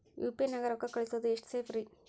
UPI ನ್ಯಾಗ ರೊಕ್ಕ ಕಳಿಸೋದು ಎಷ್ಟ ಸೇಫ್ ರೇ?